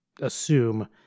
assume